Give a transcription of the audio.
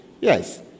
Yes